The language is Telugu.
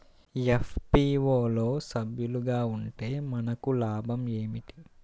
ఎఫ్.పీ.ఓ లో సభ్యులుగా ఉంటే మనకు లాభం ఏమిటి?